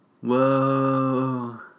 Whoa